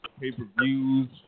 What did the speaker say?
pay-per-views